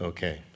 Okay